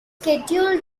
schedule